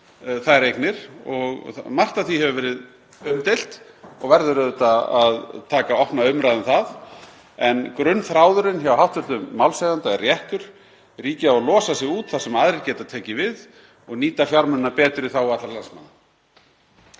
um þær eignir. Margt af því hefur verið umdeilt og verður auðvitað að taka opna umræðu um það en grunnþráðurinn hjá hv. málshefjanda er réttur: Ríkið á að losa sig út þar sem aðrir geta tekið við og nýta fjármunina betur í þágu allra landsmanna.